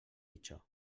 pitjor